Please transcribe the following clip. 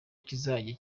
kizajya